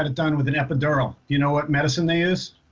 and done with an epidural you know what medicine they used?